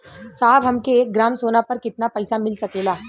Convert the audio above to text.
साहब हमके एक ग्रामसोना पर कितना पइसा मिल सकेला?